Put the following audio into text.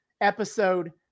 episode